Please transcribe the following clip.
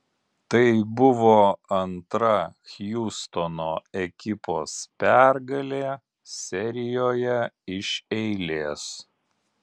tai buvo antra hjustono ekipos pergalė serijoje iš eilės